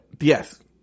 Yes